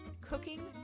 cooking